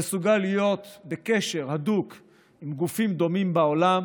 גוף שמסוגל להיות בקשר הדוק עם גופים דומים בעולם